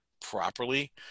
properly